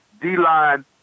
D-line